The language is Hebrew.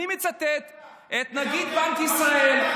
אני מצטט את נגיד בנק ישראל,